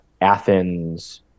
Athens